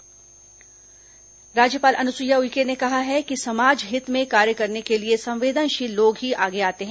राज्यपाल प्रतिवेदन विमोचन राज्यपाल अनुसुईया उइके ने कहा है कि समाज हित में कार्य करने के लिए संवेदनशील लोग ही आगे आते हैं